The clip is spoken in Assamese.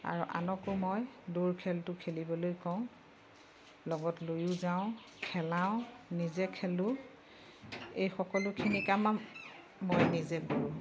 আৰু আনকো মই দৌৰ খেলটো খেলিবলৈ কওঁ লগত লৈয়ো যাওঁ খেলাওঁ নিজে খেলোঁ এই সকলোখিনি কাম মই নিজে কৰোঁ